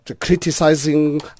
criticizing